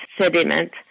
sediment